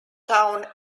town